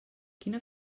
quina